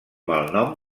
malnom